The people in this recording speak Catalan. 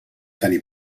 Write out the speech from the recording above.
tenir